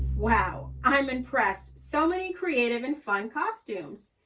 wow, i'm impressed. so many creative and fun costumes.